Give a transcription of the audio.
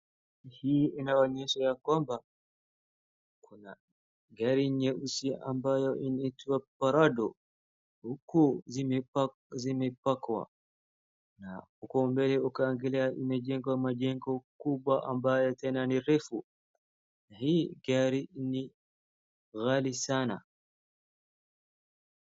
Hii inaonyesha ya kwamba kuna gari nyeusi ambayo inaitwa Prado huku zimepakwa. Huko mbele ukiangalia imejengwa majengo kubwa ambayo tena ni refu. Hii gari ni ghali sana.